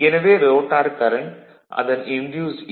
எனவே rotor current அதன் induced ஈ